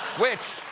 which